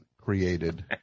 created